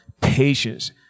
patience